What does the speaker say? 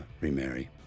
remarry